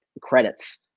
credits